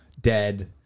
dead